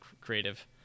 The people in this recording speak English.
creative